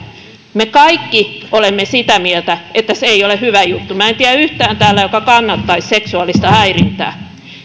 me kaikki olemme sitä mieltä että se ei ole hyvä juttu minä en tiedä täällä yhtään joka kannattaisi seksuaalista häirintää